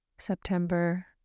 September